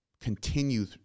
continue